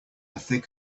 thick